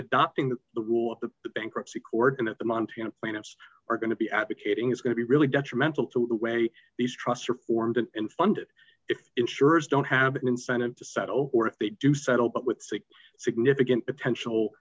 adopting the rule of the bankruptcy court and that the montana plaintiffs are going to be advocating is going to be really detrimental to the way these trusts are formed and funded if insurers don't have an incentive to settle or if they do settle but with some significant potential